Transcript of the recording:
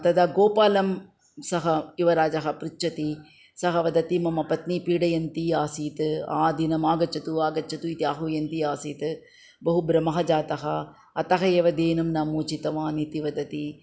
तदा गोपालं सः युवराजः पृच्छति सः वदति मम पत्नी पीडयती आसीत् आदिनम् आगच्छतु आगच्छतु इति आह्वयती आसीत् बहु भ्रमः जातः अतः एव धेनुं न मोचितवान् इति वदति